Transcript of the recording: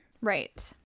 right